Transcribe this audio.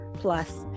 Plus